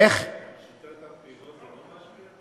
שיטת הבחירות, זה לא משפיע?